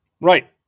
Right